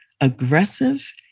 aggressive